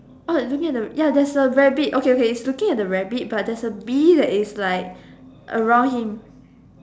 oh looking at the ya there's a rabbit okay okay it's looking at the rabbit but there is a bee that is like around him